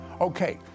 Okay